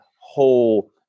whole